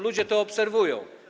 Ludzie to obserwują.